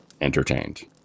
entertained